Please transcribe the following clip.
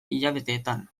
hilabeteetan